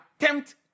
attempt